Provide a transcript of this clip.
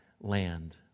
land